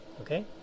okay